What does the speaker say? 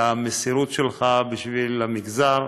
המסירות שלך למגזר